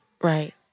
Right